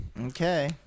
Okay